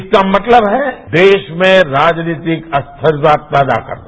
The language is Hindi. इसका मतलब है देश में राजनीतिक अस्थिरता पैदा करना